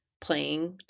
playing